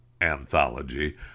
anthology